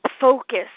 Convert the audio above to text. focus